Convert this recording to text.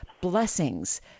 Blessings